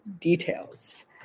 details